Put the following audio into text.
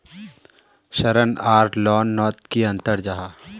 ऋण आर loan note की अंतर जाहा?